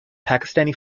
pakistani